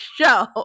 show